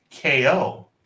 KO